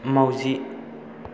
माउजि